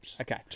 Okay